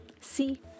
See